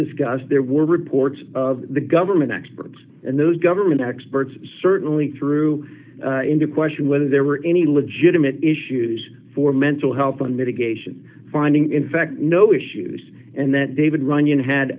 discuss there were reports of the government experts and those government experts certainly threw into question whether there were any legitimate issues for mental health on mitigation finding in fact no issues and that david runnion had